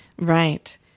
Right